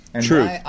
True